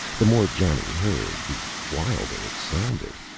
the more johnny heard, the wilder it sounded.